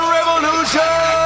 Revolution